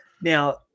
Now